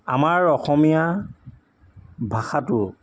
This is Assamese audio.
আমাৰ অসমীয়া ভাষাটো